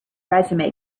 resume